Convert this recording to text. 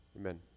Amen